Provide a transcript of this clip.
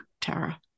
Tara